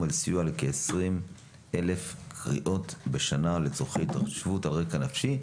על סיוע לכ-20,000 קריאות בשנה לצרכי --- על רקע נפשי,